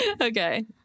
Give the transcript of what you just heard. Okay